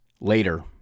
Later